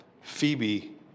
Phoebe